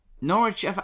Norwich